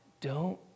Don't